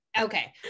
Okay